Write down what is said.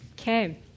Okay